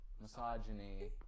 misogyny